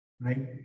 right